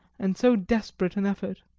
and so desperate an effort!